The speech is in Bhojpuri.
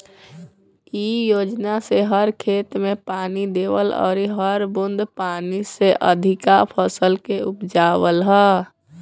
इ योजना से हर खेत में पानी देवल अउरी हर बूंद पानी से अधिका फसल के उपजावल ह